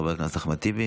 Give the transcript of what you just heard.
גם חבר הכנסת אחמד טיבי,